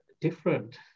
different